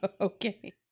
Okay